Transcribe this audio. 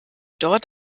dort